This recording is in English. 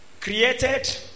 created